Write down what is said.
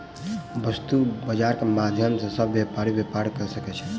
वस्तु बजार के माध्यम सॅ सभ व्यापारी व्यापार कय सकै छै